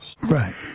Right